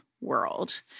world